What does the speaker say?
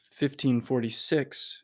1546